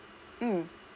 mm